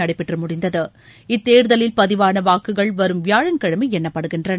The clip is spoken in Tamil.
நடைபெற்று முடிந்தது இத்தேர்தலில் பதிவான வாக்குகள் வரும் வியாழக்கிழமை எண்ணப்படுகின்றன